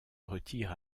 retire